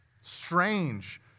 strange